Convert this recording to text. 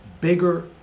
bigger